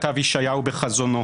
כתב ישעיהו בחזונו.